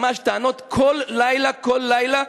ממש טענות כל לילה-כל לילה,